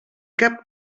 cap